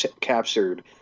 captured